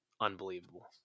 unbelievable